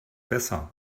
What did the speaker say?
besser